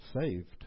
saved